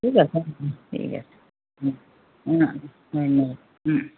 ঠিক আছে ওম ঠিক আছে অ ধন্যবাদ ওম